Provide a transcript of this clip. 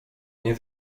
nie